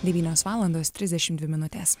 devynios valandas trisdešim dvi minutes